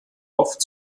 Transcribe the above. oft